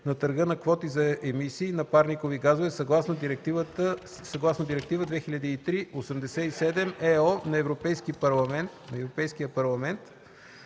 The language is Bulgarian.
на търга на квоти за емисии на парникови газове съгласно Директива 2003/87/ЕО на Европейския парламент